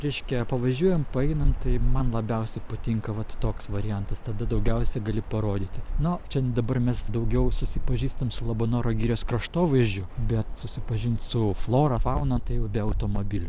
reiškia pavažiuojam paeinam tai man labiausiai patinka vat toks variantas tada daugiausia gali parodyti na čia dabar mes daugiau susipažįstam su labanoro girios kraštovaizdžiu bet susipažint su flora fauna tai jau be automobilių